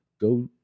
Go